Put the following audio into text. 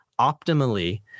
optimally